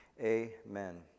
amen